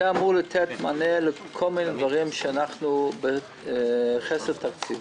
זה אמור לתת מענה לכל מיני דברים שאנחנו בחוסר תקציב.